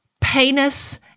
penis